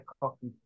coffee